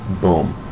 Boom